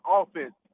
offense